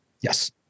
yes